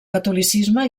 catolicisme